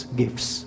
gifts